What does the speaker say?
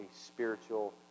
spiritual